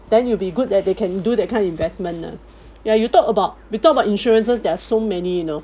then you will be good that they can do that kind investment ah ya you talk about we talk about insurances there are so many you know